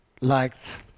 liked